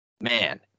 man